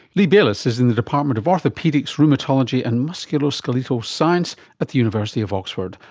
lee bayliss is in the department of orthopaedics, rheumatology and musculoskeletal science at the university of oxford.